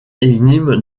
énigmes